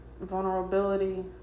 vulnerability